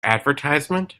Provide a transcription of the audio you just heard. advertisement